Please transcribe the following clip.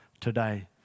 today